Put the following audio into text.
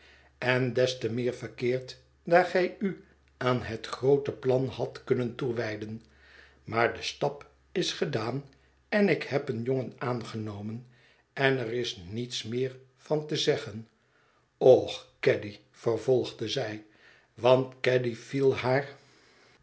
en des te meer verkeerd daar gij u aan het groote plan hadt kunnen toewijden maar de stap is gedaan en ik heb een jongen aangenomen en er is niets meer van te zeggen och caddy vervolgde zij want caddy viel haar